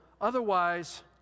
otherwise